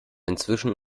inzwischen